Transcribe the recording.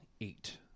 eight